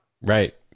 Right